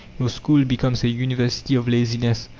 your school becomes a university of laziness,